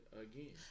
again